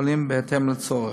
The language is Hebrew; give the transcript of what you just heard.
בית-החולים בהתאם לצורך.